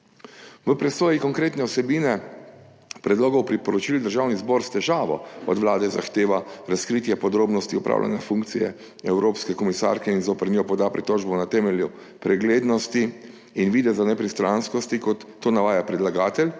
V presoji konkretne vsebine predlogov priporočil Državni zbor s težavo od Vlade zahteva razkritje podrobnosti opravljanja funkcije evropske komisarke in zoper njo poda pritožbo na temelju preglednosti in videza nepristranskosti kot to navaja predlagatelj,